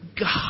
God